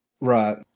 Right